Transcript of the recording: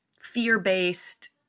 fear-based